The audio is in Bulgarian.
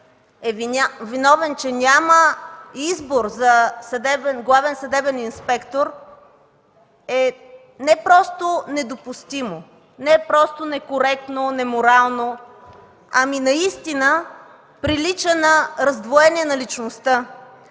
е виновен, че няма избор за главен съдебен инспектор, е не просто недопустимо, не просто некоректно, неморално, ами наистина прилича на раздвоение на личността.